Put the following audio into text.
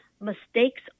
mistakes